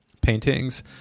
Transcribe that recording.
paintings